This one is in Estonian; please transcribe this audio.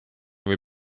või